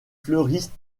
fleurissent